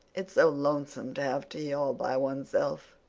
it's so lonesome to have tea all by oneself.